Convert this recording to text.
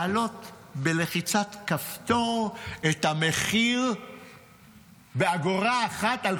להעלות בלחיצת כפתור את המחיר על כל המוצרים באגורה אחת.